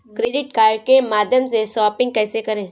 Credit card के माध्यम से शॉपिंग कैसे करें?